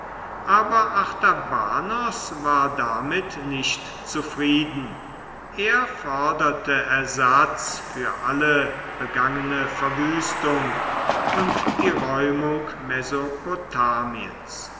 aber artabanos war damit nicht zufrieden er forderte ersatz für alle begangene verwüstung und die räumung